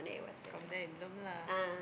from there belum lah